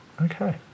Okay